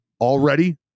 already